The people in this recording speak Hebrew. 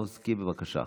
מלינובסקי, בבקשה.